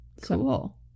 Cool